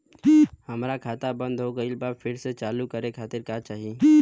हमार खाता बंद हो गइल बा फिर से चालू करा खातिर का चाही?